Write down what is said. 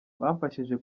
bamfashije